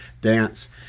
dance